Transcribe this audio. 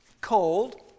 cold